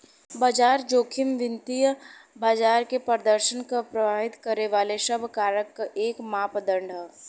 बाजार जोखिम वित्तीय बाजार के प्रदर्शन क प्रभावित करे वाले सब कारक क एक मापदण्ड हौ